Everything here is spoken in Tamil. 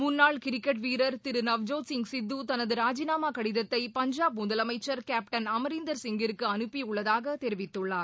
முன்னாள் கிரிக்கெட் வீரர் திரு நவ்ஜோத் சித்து தனது ராஜினாமா கடிதத்தை பஞ்சாப் முதலமைச்சர் கேப்டன் அமரீந்தர் சிங்கிற்கு அனுப்பியுள்ளதாக தெரிவித்துள்ளார்